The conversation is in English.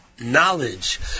Knowledge